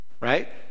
right